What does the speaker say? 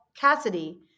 Cassidy